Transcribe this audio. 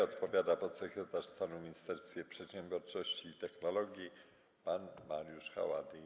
Odpowiada podsekretarz stanu w Ministerstwie Przedsiębiorczości i Technologii pan Mariusz Haładyj.